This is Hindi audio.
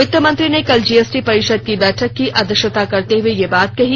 वित्त मंत्री ने कल जीएसटी परिषद की बैठक की अध्यक्षता करते हुए यह बात कही